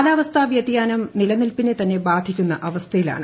കാലാവസ്ഥാവ്യതിയാനം നിലനിൽപിനെത്തന്നെ ബാധിക്കുന്ന അവസ്ഥയിലാണ്